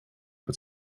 but